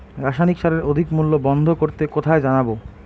রাসায়নিক সারের অধিক মূল্য বন্ধ করতে কোথায় জানাবো?